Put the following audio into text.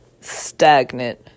stagnant